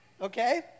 okay